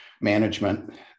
management